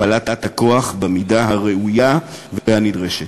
הפעלת הכוח במידה הראויה והנדרשת,